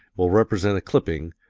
will represent a clipping,